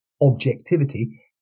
objectivity